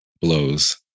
Blows